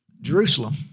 Jerusalem